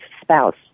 spouse